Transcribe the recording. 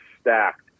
stacked